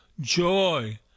joy